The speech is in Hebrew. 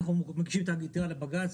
אנחנו מגישים את העתירה לבג"ץ,